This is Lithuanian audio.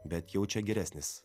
bet jau čia geresnis